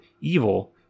evil